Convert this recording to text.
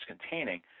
containing